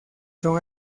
son